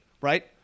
right